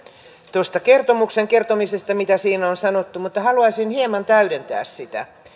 tuosta kertomuksen kertomisesta mitä siinä on sanottu mutta haluaisin hieman täydentää sitä